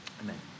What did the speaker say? Amen